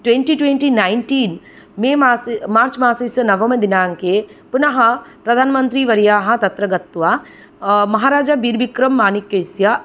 twenty twenty nineteen May मास March मासस्य नवमदिनाङ्के पुनः प्रधानमन्त्रीवर्याः तत्र गत्वा महाराजबीरबिक्रम्मानिक्यस्य